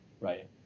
right